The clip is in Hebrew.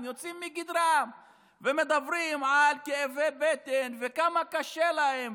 הם יוצאים מגדרם ומדברים על כאבי בטן וכמה קשה להם.